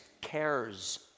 cares